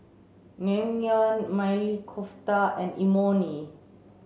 Naengmyeon Maili Kofta and Imoni